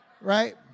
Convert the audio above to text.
right